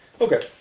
Okay